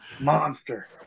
monster